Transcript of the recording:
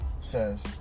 says